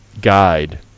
guide